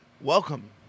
welcome